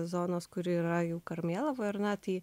zonos kur yra jau karmėlava ir naktį